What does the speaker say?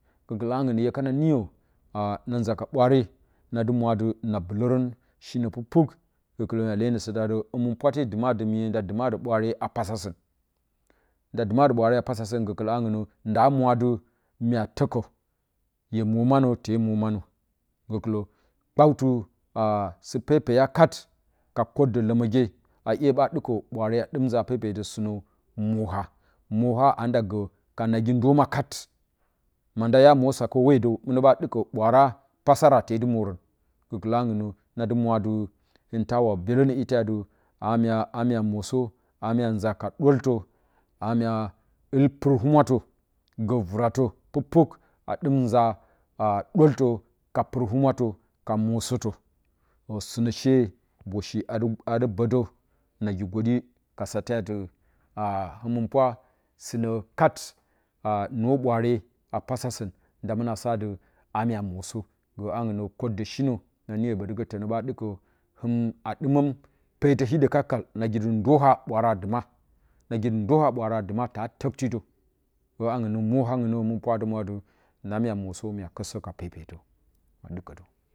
Gəkɨlə aungu hye kand niyə a na nza ka ɓwaare ndɨ mwa dɨ na bulərən shi nə puk puk gəkɨlə na lenə nə satati pwa həmɨnpwate dumadə miyə nda ndumadə ɓwaare a pasasən nda dɨmadə bwaare a pasasən gəkɨlə anungnə nda mwaadɨ mya təkə hye mwo manə te mwo manə gəkilə kpautɨ asɨ pepeya kat ka koɗə ləməge aiye ɓa ɗɨkə ɓwaare a dɨm za pepetə sinə musoha mwo ha anda gə ka nagi ndəma kat manda ya nyemwo sake hwedə munə ɓa ɗɨkə bwaara pasara tedɨ mworən gəkɨlə aungnə nadɨ mwo dɨ hintawa byelə nə itate amya a mya mwosə a mya nza ka doltə amya ɗɨm purəhumwatə gə vratə puk puk a dɨm nza a doltə ka purə humwatə ka mosətə sinə she huboshi adɨ bodə nagigədɨ ka satati a həmɨnpwa sinə kat anə ɓwaare ka pasa sən ndamuna sadɨ a mya mosə gə aungnə koddə shenə nanyə ɓotɨgə dənə ɓa dakə hima ɗɨmən petə hiɗə kalkə nag dɨ dəha ɓwaara dɨma nagi dɨ da ta tək ti bwaara dɨma də gəaunanə mohaunanə həmɨnpwa adɨ na mya məsə mya kɨtsə ka pepetə pwa dikə də.